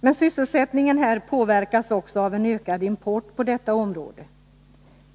Men sysselsättningen här påverkas också av en ökad import på detta område.